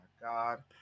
God